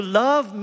love